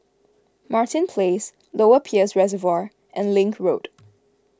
Martin Place Lower Peirce Reservoir and Link Road